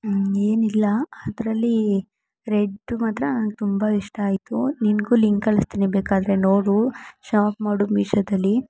ಏನಿಲ್ಲ ಅದರಲ್ಲಿ ರೆಡ್ ಮಾತ್ರ ತುಂಬ ಇಷ್ಟ ಆಯಿತು ನಿನಗು ಲಿಂಕ್ ಕಳಿಸ್ತೀನಿ ಬೇಕಾದರೆ ನೋಡು ಶಾಪ್ ಮಾಡು ಮೀಶೋದಲ್ಲಿ